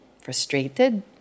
frustrated